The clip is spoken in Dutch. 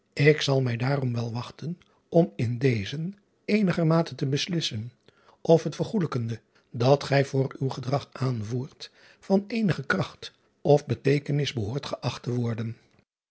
k zal mij daarom wel wachten om in dezen eenigermate te beslissen of het vergoelijkende dat gij voor uw gedrag aanvoert van eenige kracht of beteekenis behoort geacht te worden